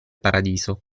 paradiso